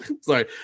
sorry